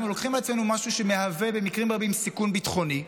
אנחנו לוקחים על עצמנו משהו שמהווה במקרים רבים סיכון ביטחוני,